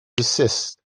desist